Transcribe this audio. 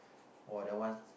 or the one